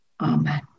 Amen